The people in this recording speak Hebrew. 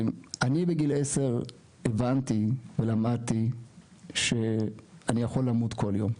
אני בגיל 10 הבנתי ולמדתי שאני יכול למות כל יום.